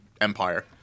empire